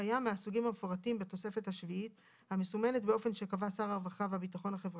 בסעיף 19א, (1)אחרי ההגדרה "חוק התכנון והבנייה"